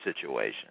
situation